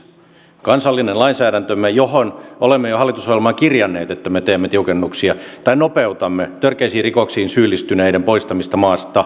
kansallinen lainsäädäntömme josta olemme jo hallitusohjelmaan kirjanneet että me teemme siihen tiukennuksia tai nopeutamme törkeisiin rikoksiin syyllistyneiden poistamista maasta